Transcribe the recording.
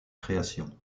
création